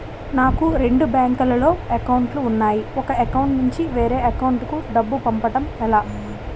నాకు రెండు బ్యాంక్ లో లో అకౌంట్ లు ఉన్నాయి ఒక అకౌంట్ నుంచి వేరే అకౌంట్ కు డబ్బు పంపడం ఎలా?